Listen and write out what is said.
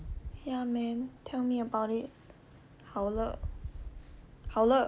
ya man tell me about it 好了好了